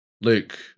Luke